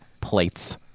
plates